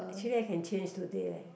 actually I can change today leh